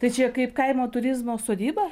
tai čia kaip kaimo turizmo sodyba